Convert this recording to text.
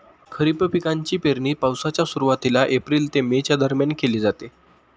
खरीप पिकांची पेरणी पावसाच्या सुरुवातीला एप्रिल ते मे च्या दरम्यान केली जाते